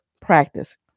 practice